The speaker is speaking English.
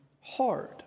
hard